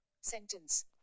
Sentence